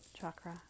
chakra